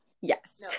Yes